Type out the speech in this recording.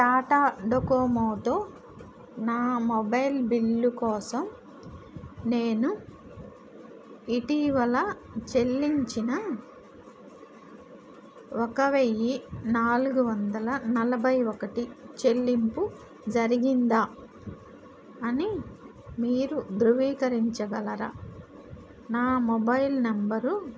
టాటా డోకోమోతో నా mobile bill కోసం నేను ఇటీవల చెల్లించిన ఒక వెయ్యి నాలుగు వందల నలభై ఒకటి చెల్లింపు జరిగిందా అని మీరు ధృవీకరించగలరా నా మొబైల్ నెంబరు